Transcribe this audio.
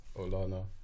Olana